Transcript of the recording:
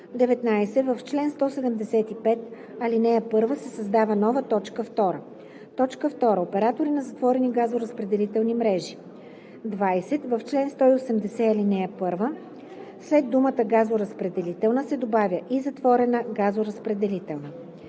19. В чл. 175, ал. 1 се създава нова т. 2: „2. оператори на затворени газоразпределителни мрежи;“. 20. В чл. 180, ал. 1 след думата „газоразпределителна“ се добавя „и затворена газоразпределителна“.